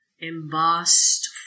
embossed